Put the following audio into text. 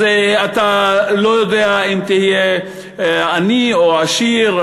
אז אתה לא יודע אם תהיה עני או עשיר,